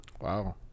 Wow